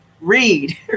read